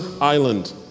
island